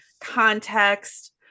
context